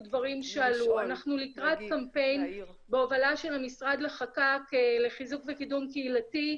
דברים שעלו - אנחנו לקראת קמפיין בהובלת משרד לחיזוק וקידום קהילתי,